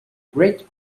great